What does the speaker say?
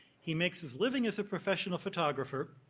he makes his living as a professional photographer.